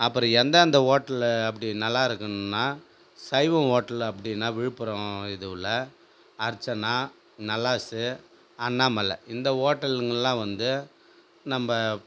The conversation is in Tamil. அப்புறம் எந்தெந்த ஹோட்டல்ல அப்படி நல்லா இருக்கும்னா சைவம் ஹோட்டல் அப்படின்னா விழுப்புரம் இது உள்ள அர்ச்சனா நலாசு அண்ணாமலை இந்த ஹோட்டலுங்கலாம் வந்து நம்ம